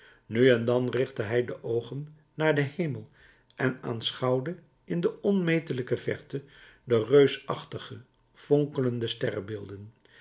nu en dan richtte hij de oogen naar den hemel en aanschouwde in de onmetelijke verte de reusachtige fonkelende